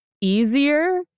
easier